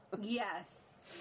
Yes